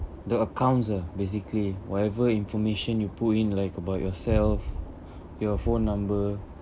the accounts lah basically whatever information you put in like about yourself your phone number